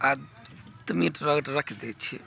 आदमी रख दै छियै